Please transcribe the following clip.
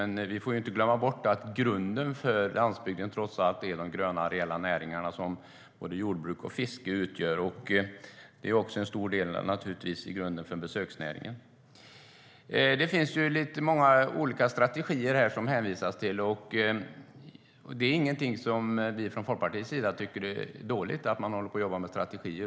Men vi får inte glömma bort att grunden för landsbygden trots allt är de gröna areella näringarna som både jordbruk och fiske utgör. Det är också en stor grund för besöksnäringen. Det finns många olika strategier som man hänvisar till. Att man håller på att jobba med strategier är inte någonting som vi från Folkpartiets sida tycker är dåligt.